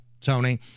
Tony